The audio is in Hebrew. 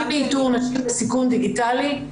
כלי באיתור נשים בסיכון דיגיטלי,